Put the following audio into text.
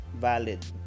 valid